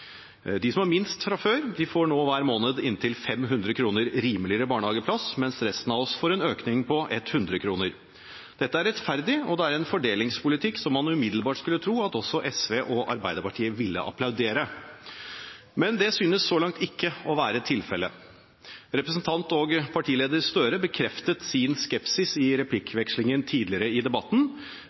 De som har minst fra før, får nå hver måned inntil 500 kr rimeligere barnehageplass, mens resten av oss får en økning på 100 kr. Dette er rettferdig, og det er en fordelingspolitikk som man umiddelbart skulle tro at også SV og Arbeiderpartiet ville applaudere, men det synes så langt ikke å være tilfelle. Representant og partileder Gahr Støre bekreftet sin skepsis i replikkvekslingen tidligere i debatten.